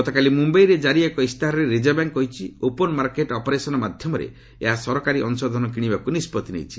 ଗତକାଲି ମୁମ୍ବାଇରେ ଜାରି ଏକ ଇସ୍ତାହାରରେ ରିଜର୍ଭ ବ୍ୟାଙ୍କ କହିଛି ଓପନ ମାର୍କେଟ୍ ଅପରେସନ ମାଧ୍ୟମରେ ଏହା ସରକାରୀ ଅଂଶଧନ କିଶିବାକୁ ନିଷ୍ପଭି ନେଇଛି